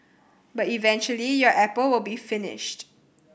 but eventually your apple will be finished